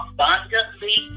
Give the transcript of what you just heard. Abundantly